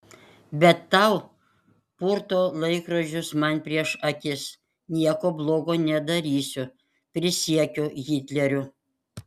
bet tau purto laikrodžius man prieš akis nieko blogo nedarysiu prisiekiu hitleriu